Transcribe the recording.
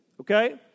Okay